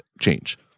change